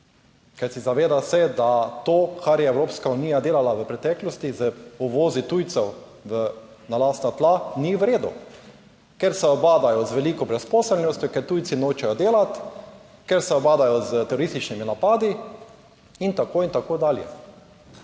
Kajti zaveda se, da to, kar je Evropska unija delala v preteklosti z uvozi tujcev na lastna tla, ni v redu. Ker se ubadajo z veliko brezposelnostjo, ker tujci nočejo delati, ker se ubadajo s terorističnimi napadi in tako in tako dalje.